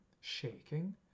shaking